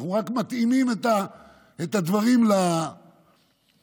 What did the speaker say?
אנחנו רק מתאימים את הדברים למציאות.